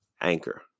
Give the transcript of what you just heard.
Anchor